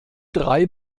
drei